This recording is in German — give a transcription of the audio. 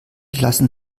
lassen